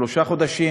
שלושה חודשים,